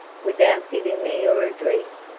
without giving me your address?